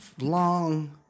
long